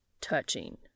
touching